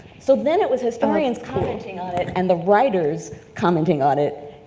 so then it was historians commenting on it and the writers commenting on it,